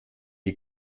die